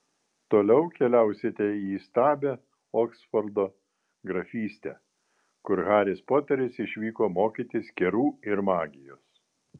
toliau keliausite į įstabią oksfordo grafystę kur haris poteris išvyko mokytis kerų ir magijos